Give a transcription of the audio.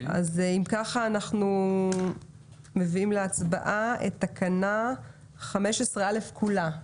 אנחנו מביאים להצבעה את תקנה 15(א) כולה.